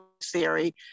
theory